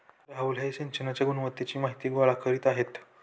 राहुल हे सिंचनाच्या गुणवत्तेची माहिती गोळा करीत आहेत